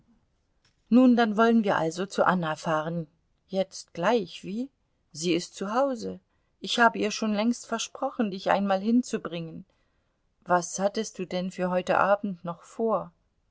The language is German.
nun dann wollen wir also zu anna fahren jetzt gleich wie sie ist zu hause ich habe ihr schon längst versprochen dich einmal hinzubringen was hattest du denn für heute abend noch vor